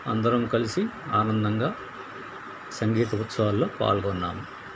అందరం కలిసి ఆనందంగా సంగీత ఉత్సవాల్లో పాల్గొన్నాము